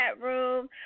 room